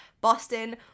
Boston